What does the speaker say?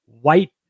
white